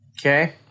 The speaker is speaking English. Okay